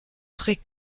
pré